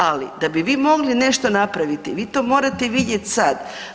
Ali da bi vi mogli nešto napraviti, vi to morate vidjet sad.